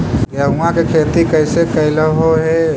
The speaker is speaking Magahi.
गेहूआ के खेती कैसे कैलहो हे?